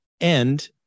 And-